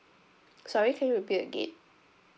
sorry can you repeat again